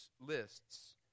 lists